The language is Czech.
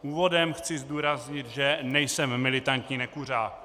Úvodem chci zdůraznit, že nejsem militantní nekuřák.